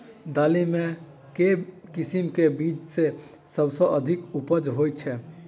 दालि मे केँ किसिम केँ बीज केँ सबसँ अधिक उपज होए छै?